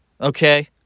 okay